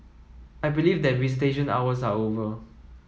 I believe that visitation hours are over